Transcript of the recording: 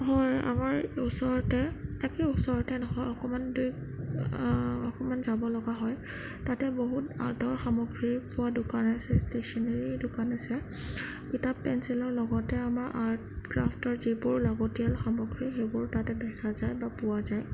হয় আমাৰ ওচৰতে একদম ওচৰতে নহয় অকণমান দূৰ অকণমান যাবলগা হয় তাতে বহুত আৰ্টৰ সামগ্ৰী পোৱা দোকান আছে ষ্টেচনাৰী দোকান আছে কিতাপ পেঞ্চিলৰ লগতে আমাৰ আৰ্ট ক্ৰাফটৰ যিবোৰ লাগতীয়াল সামগ্ৰী সেইবোৰ তাতে বেচা যায় বা পোৱা যায়